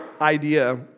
idea